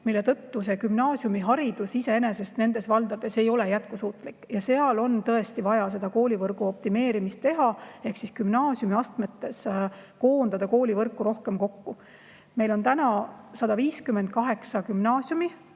mille tõttu gümnaasiumiharidus iseenesest nendes valdades ei ole jätkusuutlik. Seal on tõesti vaja seda koolivõrgu optimeerimist teha ehk gümnaasiumiastmes koondada koolivõrku rohkem kokku. Meil on praegu 158 gümnaasiumi